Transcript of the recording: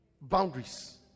boundaries